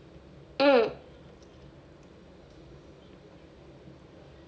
mm